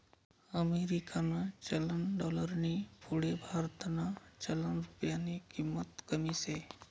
अमेरिकानं चलन डालरनी पुढे भारतनं चलन रुप्यानी किंमत कमी शे